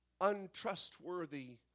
untrustworthy